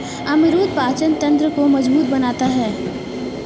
अमरूद पाचन तंत्र को मजबूत बनाता है